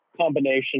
combination